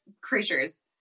creatures